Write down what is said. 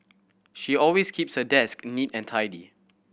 she always keeps her desk neat and tidy